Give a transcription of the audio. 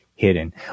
Hidden